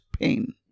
pain